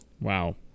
Wow